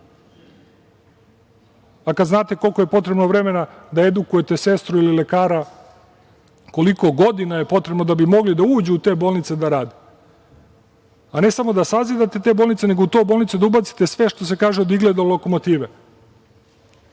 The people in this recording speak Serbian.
a kad znate koliko je potrebno vremena da edukujete sestru ili lekara, koliko godina je potrebno da bi mogli da uđu u te bolnice da rade, a ne samo da sazidate te bolnice, nego u te bolnice da ubacite sve, što se kaže, od igle do lokomotive